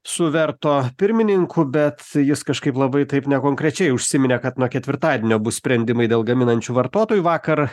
su verto pirmininku bet jis kažkaip labai taip nekonkrečiai užsiminė kad nuo ketvirtadienio bus sprendimai dėl gaminančių vartotojų vakar